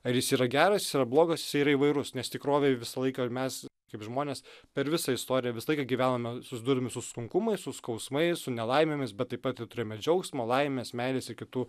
ar jis yra geras jis yra blogas jisai yra įvairus nes tikrovėj visą laiką mes kaip žmonės per visą istoriją visą laiką gyvenome susidurdami su sunkumais su skausmais su nelaimėmis bet taip pat turime džiaugsmo laimės meilės ir kitų